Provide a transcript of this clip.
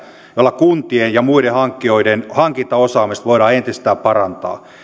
joilla kuntien ja muiden hankkijoiden hankintaosaamista voidaan entisestään parantaa